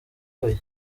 hoya